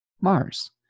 Mars